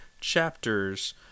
chapters